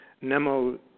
nemo